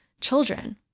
children